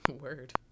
Word